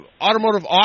automotive